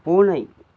பூனை